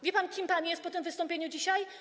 Wie pan, kim pan jest po tym wystąpieniu dzisiaj?